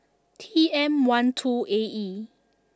T M one two A E